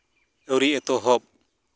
ᱟᱹᱣᱨᱤ ᱮᱛᱚᱦᱚᱵ